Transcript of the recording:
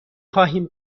خواهیم